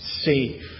safe